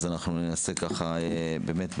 אז אנחנו ננסה ככה ב"בריף",